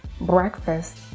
Breakfast